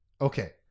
okay